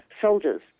soldiers